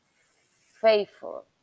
faithful